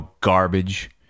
garbage